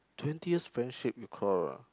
twenty years friendship you quarrel ah